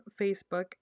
facebook